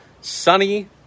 sunny